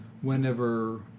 whenever